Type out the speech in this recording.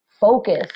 focus